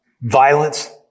violence